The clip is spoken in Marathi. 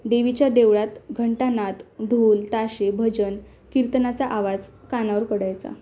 देवीच्या देवळात घंटनाद ढोल ताशे भजन कीर्तनाचा आवाज कानावर पडायचा